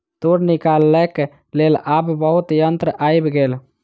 तूर निकालैक लेल आब बहुत यंत्र आइब गेल